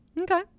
Okay